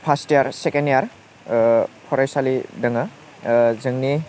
fast यार second यार फरायसालि दङ जोंनि